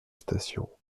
station